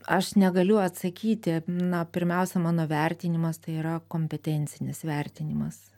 aš negaliu atsakyti na pirmiausia mano vertinimas tai yra kompetencinis vertinimas